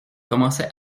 commençait